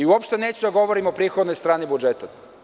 Uopšte neću da govorim o prihodnoj strani budžeta.